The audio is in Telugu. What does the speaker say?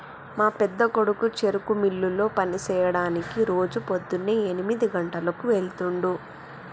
మా పెద్దకొడుకు చెరుకు మిల్లులో పని సెయ్యడానికి రోజు పోద్దున్నే ఎనిమిది గంటలకు వెళ్తుండు